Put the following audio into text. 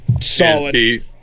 Solid